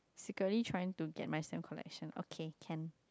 secretly trying to get my same collection okay can